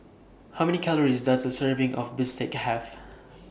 How Many Calories Does A Serving of Bistake Have